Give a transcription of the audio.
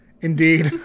Indeed